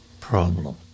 problem